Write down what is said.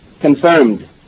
confirmed